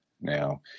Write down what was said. Now